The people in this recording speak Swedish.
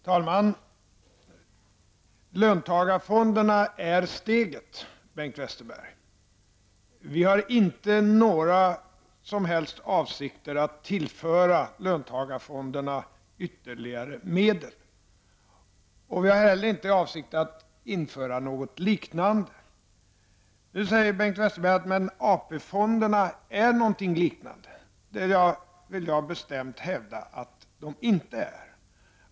Herr talman! Löntagarfonderna är steget, Bengt Westerberg. Regeringen har inte några som helst avsikter att tillföra löntagarfonderna ytterligare medel. Vi har heller inte för avsikt att införa något liknande. Nu säger Bengt Westerberg att AP fonderna är någonting liknande. Det vill jag bestämt hävda att de inte är.